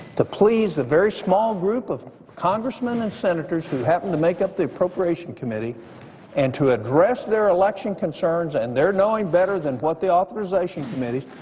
please the very small group of congressmen and senators who happen to make up the appropriation committee and to address their election concerns and they are knowing better than what the authorization committee